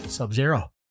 Sub-Zero